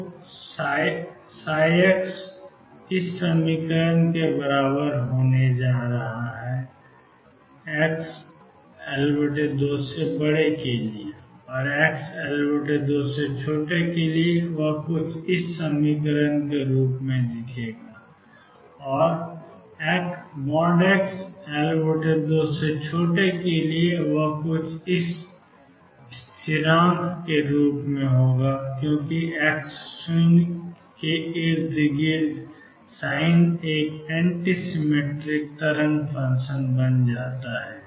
तो ψ होने जा रहा है Ae αx forxL2 xL2 के लिए Ae αx होने जा रहा है और xL2 के लिए कुछ स्थिर Dsin βx होने जा रहा है क्योंकि x0 के इर्द गिर्द Sin एक एंटीसिमिट्रिक तरंग फंक्शन है